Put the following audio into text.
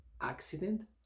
accident